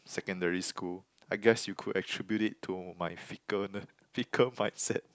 secondary school I guess you could attribute it to my ficklene~ fickle mindset